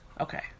Okay